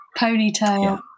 ponytail